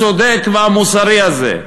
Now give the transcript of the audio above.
הצודק והמוסרי הזה.